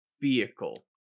vehicle